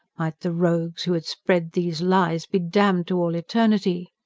might the rogues who had spread these lies be damned to all eternity!